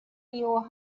your